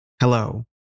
Hello